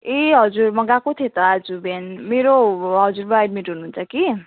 ए हजुर म गएको थिएँ त आज बिहान मेरो हजुरबा एडमिट हुनुहुन्छ कि